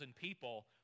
people